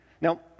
Now